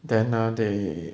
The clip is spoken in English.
then ah they